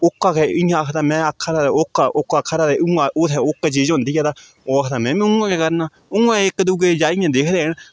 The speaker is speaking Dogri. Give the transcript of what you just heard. ओह्का गै इ'यां आखदा में आखा दा ओह्का ओह्का आखा दा उ'आं उ'त्थें ओह्की चीज़ होंदी ऐ ते ओह् आखदा में मी उ'आं गै करना उ'आं इक दूऐ ई जाइयै दिक्खदे न ते